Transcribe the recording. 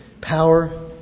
power